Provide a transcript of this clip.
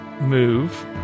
move